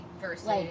versus